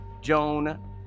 Joan